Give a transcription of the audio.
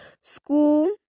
school